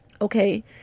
okay